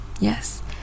Yes